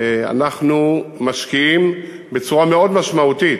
משקיעים בצורה מאוד משמעותית,